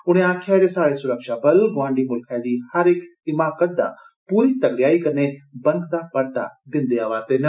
उन्ने आक्खेआ जे साहडे सुरक्षा बल गोआंडी मुल्खै दी हर इक हिमाकत दा पूरी तगडेआई कन्नै बनकदा परता दिन्दे आवारदे न